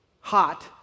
hot